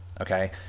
Okay